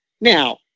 Now